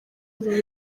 uru